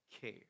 care